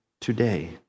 Today